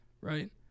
Right